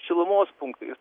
šilumos punktais